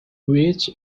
with